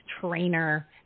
trainer